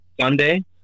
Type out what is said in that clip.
Sunday